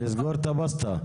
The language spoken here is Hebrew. נסגור את הבסטה.